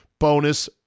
Bonus